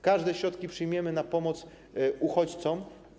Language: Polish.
Każde środki przyjmiemy na pomoc uchodźcom.